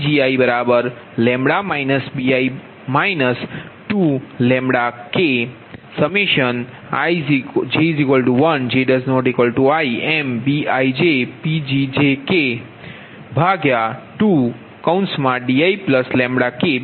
આ સમીકરણ 57 છે